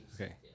okay